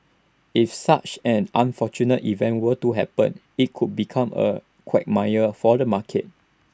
if such an unfortunate event were to happen IT could become A quagmire for the market